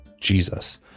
Jesus